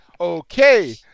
okay